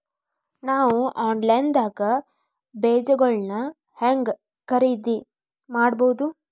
ನಾವು ಆನ್ಲೈನ್ ದಾಗ ಬೇಜಗೊಳ್ನ ಹ್ಯಾಂಗ್ ಖರೇದಿ ಮಾಡಬಹುದು?